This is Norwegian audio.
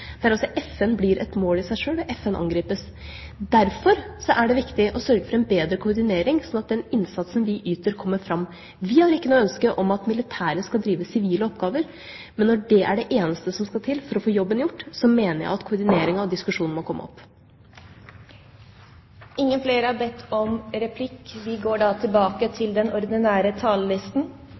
FN altså blir et mål i seg sjøl og FN angripes, er et veldig godt eksempel på det – er det viktig å sørge for en bedre koordinering, sånn at den innsatsen vi yter, kommer fram. Vi har ikke noe ønske om at militære skal drive med sivile oppgaver, men når det er det eneste som skal til for å få jobben gjort, mener jeg at diskusjonen om koordinering må komme opp.